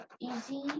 easy